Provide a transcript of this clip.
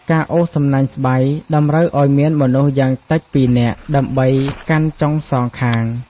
ការអូសសំណាញ់ស្បៃ តម្រូវឲ្យមានមនុស្សយ៉ាងតិចពីរនាក់ ដើម្បីកាន់ចុងសងខាង។